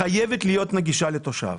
שחייבת להיות נגישה לתושב.